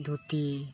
ᱫᱷᱩᱛᱤ